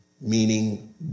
meaning